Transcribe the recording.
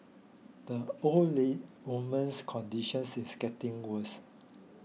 the oldly woman's conditions is getting worse